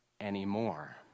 anymore